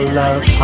love